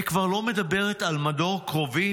אני כבר לא מדברת על מדור קרובים,